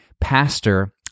pastor